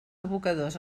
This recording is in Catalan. abocadors